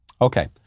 Okay